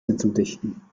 hinzudichten